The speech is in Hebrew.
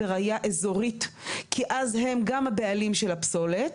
כי אז הן גם הבעלים של הפסולת,